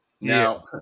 Now